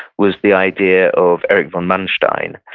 was the idea of erich von manstein.